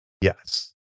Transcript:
yes